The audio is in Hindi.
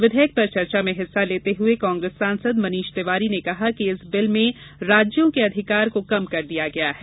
विधेयक पर चर्चा में हिस्सा लेते हुए कांग्रेस सांसद मनीष तिवारी ने कहा कि इस बिल में राज्यों के अधिकार को कम कर दिया गया है